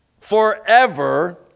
Forever